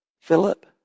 Philip